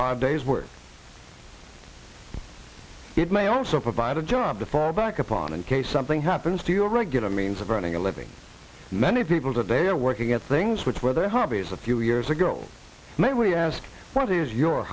hard day's work it may also provide a job to fall back upon in case something happens to your regular means of earning a living many people today are working at things which whether hobby is a few years ago may we ask what is your